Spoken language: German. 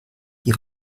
die